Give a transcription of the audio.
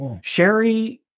Sherry